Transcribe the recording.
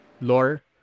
lore